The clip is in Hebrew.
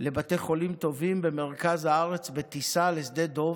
לבתי חולים טובים במרכז הארץ בטיסה לשדה דב.